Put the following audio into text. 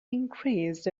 increased